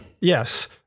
yes